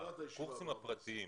הקורסים הפרטיים,